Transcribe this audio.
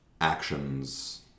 actions